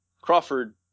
Crawford